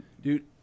dude